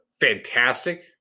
fantastic